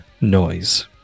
noise